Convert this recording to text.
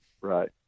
Right